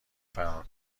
فرار